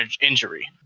injury